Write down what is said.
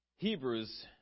Hebrews